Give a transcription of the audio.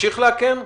תמשיך לאכן?